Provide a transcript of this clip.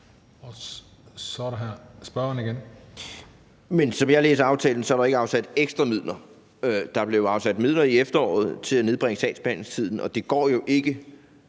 Hans Andersen (V): Men som jeg læser aftalen, er der ikke afsat ekstra midler. Der blev afsat midler i efteråret til at nedbringe sagsbehandlingstiden, og altså, det går jo ikke